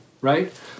Right